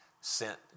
sent